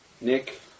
Nick